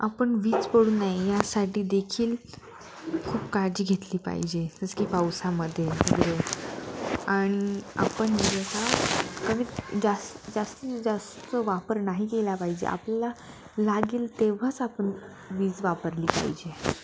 आपण वीज पडू नये यासाठी देखील खूप काळजी घेतली पाहिजे जसं की पावसामध्ये म्हणजे आणि आपण जर का कमी जास् जास्तीत जास्त वापर नाही केला पाहिजे आपल्याला लागेल तेव्हाच आपण वीज वापरली पाहिजे